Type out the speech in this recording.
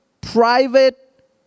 private